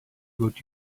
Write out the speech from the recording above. what